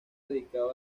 dedicado